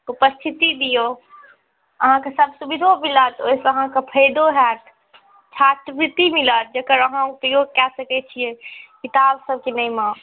उपस्थिति दियौ अहाँक सुबिधो मिलत ओहिसँ अहाँकऽ फाइदो होयत छात्रवृत्ति मिलत जकर अहाँ उपयोग कै सकैत छियै किताब सभ किनैमे